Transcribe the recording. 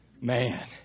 man